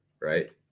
right